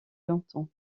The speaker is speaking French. longtemps